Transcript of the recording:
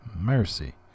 mercy